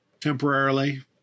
temporarily